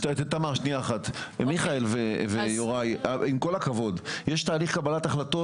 אני חושבת שבאמת, הגענו להכרעות והחלטות